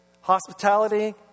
hospitality